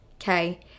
okay